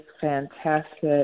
fantastic